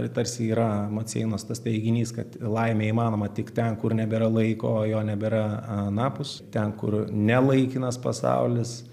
tai tarsi yra maceinos tas teiginys kad laimė įmanoma tik ten kur nebėra laiko jo nebėra anapus ten kur ne laikinas pasaulis